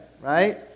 right